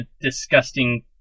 disgusting